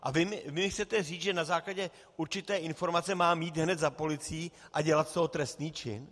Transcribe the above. A vy mi chcete říct, že na základě určité informace mám jít hned za policií a dělat z toho trestný čin?